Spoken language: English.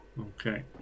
Okay